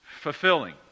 fulfilling